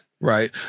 Right